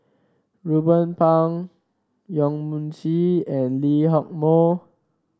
Ruben Pang Yong Mun Chee and Lee Hock Moh